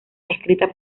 escrita